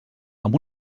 amb